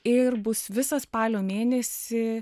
ir bus visą spalio mėnesį